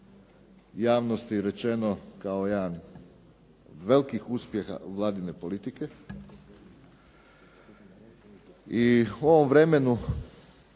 javnosti rečeno kao jedan od velikih uspjeha Vladine politike. I u ovom vremenu,